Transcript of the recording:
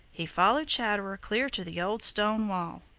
he followed chatterer clear to the old stone wall.